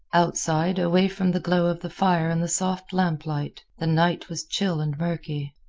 outside, away from the glow of the fire and the soft lamplight, the night was chill and murky.